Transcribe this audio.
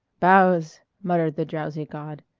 bows! muttered the drowsy god.